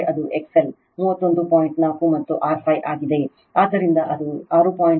4 ಮತ್ತು R 5 ಆಗಿದೆ ಆದ್ದರಿಂದ ಅದು 6